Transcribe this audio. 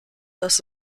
dass